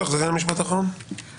תחזרי על המשפט האחרון, בבקשה.